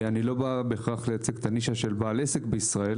אני לא בא בהכרח לייצג את הנישה של בעל עסק בישראל.